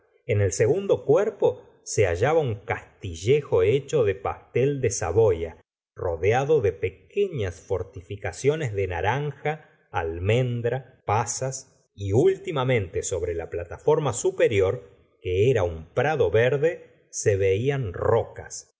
en el segundo cuerpo se hallaba un castillejo hecho de pastel de saboya rodeado de pequeñas fortificaciones de naranja almendra pasas y últimamente sobre la plataforma superior que era un prado verde se veían rocas